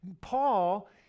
Paul